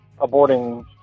aborting